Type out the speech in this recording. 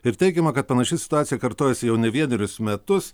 ir teigiama kad panaši situacija kartojasi jau ne vienerius metus